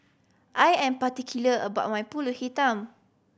I am particular about my Pulut Hitam